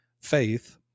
faith